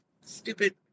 stupid